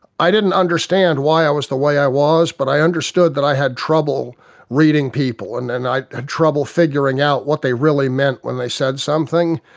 i didn't understand why i was the way i was but i understood that i had trouble reading people and and i had trouble figuring out what they really meant when they said something.